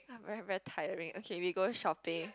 very very tiring okay we go shopping